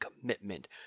commitment